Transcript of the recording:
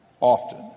often